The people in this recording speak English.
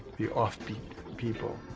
the offbeat people.